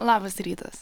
labas rytas